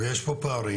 יש פה פערים.